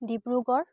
Dibrugarh